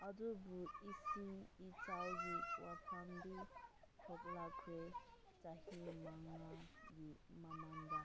ꯑꯗꯨꯕꯨ ꯏꯁꯤꯡ ꯏꯆꯥꯎꯒꯤ ꯋꯥꯐꯝꯗꯤ ꯊꯣꯛꯂꯛꯈ꯭ꯔꯦ ꯆꯍꯤ ꯃꯉꯥꯒꯤ ꯃꯃꯥꯡꯗ